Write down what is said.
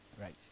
right